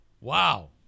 Wow